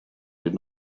did